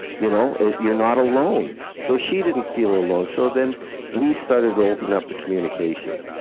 you know you're not alone. so she didn't feel alone, so then we started to open up the communication.